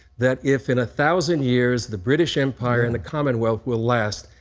that if in a thousand years the british empire and the common wealth will last,